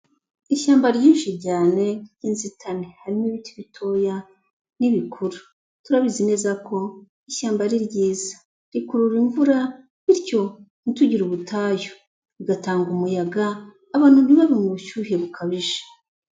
Ishyamba ryinshi cyane ry'inzitane harimo ibiti bitoya n'ibikuru, turabizi neza ko ishyamba ari ryiza rikurura imvura, bityo ntitugire ubutayu, rigatanga umuyaga abantu ntibabure ubushyuhe bukabije.